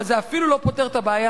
אבל זה אפילו לא פותר את הבעיה.